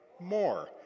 more